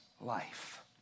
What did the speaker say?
life